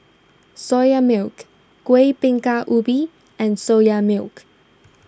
Soya Milk Kuih Bingka Ubi and Soya Milk